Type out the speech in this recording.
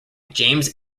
james